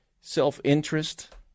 self-interest